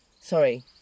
Sorry